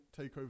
takeover